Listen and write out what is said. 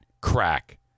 crack